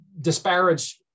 disparage